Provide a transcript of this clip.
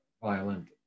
violent